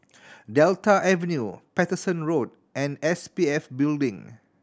Delta Avenue Paterson Road and S P F Building